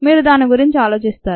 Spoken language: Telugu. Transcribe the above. మీరు దాని గురించి ఆలోచిస్తారు